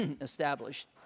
established